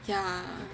ya